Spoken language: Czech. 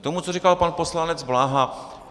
K tomu, co říkal pan poslanec Bláha.